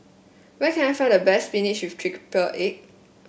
where can I find the best spinach with egg